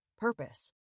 purpose